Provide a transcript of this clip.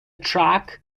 track